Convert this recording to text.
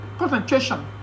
Concentration